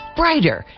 brighter